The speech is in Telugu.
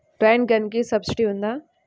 రైన్ గన్కి సబ్సిడీ ఉందా?